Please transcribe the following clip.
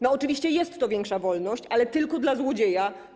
No oczywiście jest to większa wolność, ale tylko dla złodzieja.